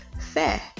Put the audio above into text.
fair